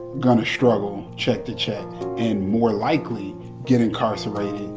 going to struggle check to check and more likely get incarcerated,